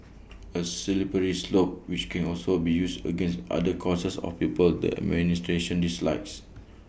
A slippery slope which can also be used against other causes or people the administration dislikes